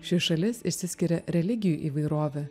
ši šalis išsiskiria religijų įvairove